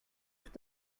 ist